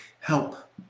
help